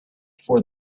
for